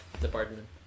department